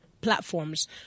platforms